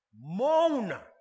moan